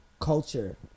culture